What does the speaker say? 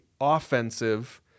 offensive